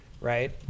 Right